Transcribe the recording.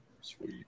Sweet